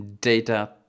data